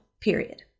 period